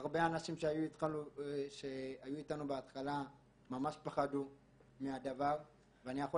הרבה אנשים שהיו איתנו בהתחלה ממש פחדו ואני יכול